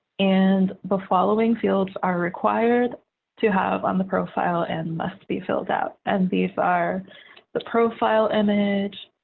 and the following fields are required to have on the profile and must be filled out. and these are the profile image,